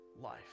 life